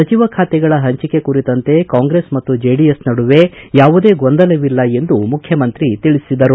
ಸಚಿವ ಖಾತೆಗಳ ಪಂಚಿಕೆ ಕುರಿತಂತೆ ಕಾಂಗ್ರೆಸ್ ಮತ್ತು ಜೆಡಿಎಸ್ ನಡುವೆ ಯಾವುದೇ ಗೊಂದಲವಿಲ್ಲ ಎಂದು ಮುಖ್ಯಮಂತ್ರಿ ತಿಳಿಸಿದರು